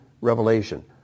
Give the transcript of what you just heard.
Revelation